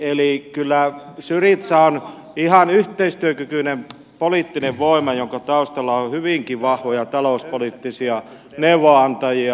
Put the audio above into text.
eli kyllä syriza on ihan yhteistyökykyinen poliittinen voima jonka taustalla on hyvinkin vahvoja talouspoliittisia neuvonantajia